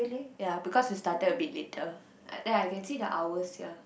ya because we started a bit later ya I can see the hours here